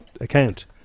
Account